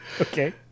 Okay